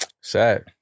Sad